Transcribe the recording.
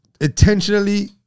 intentionally